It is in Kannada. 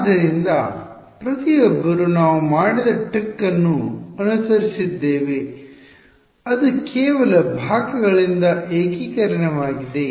ಆದ್ದರಿಂದ ಪ್ರತಿಯೊಬ್ಬರೂ ನಾವು ಮಾಡಿದ ಟ್ರಿಕ್ ಅನ್ನು ಅನುಸರಿಸಿದ್ದೇವೆ ಅದು ಕೇವಲ ಭಾಗಗಳಿಂದ ಏಕೀಕರಣವಾಗಿದೆ